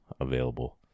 available